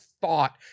thought